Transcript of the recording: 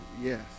yes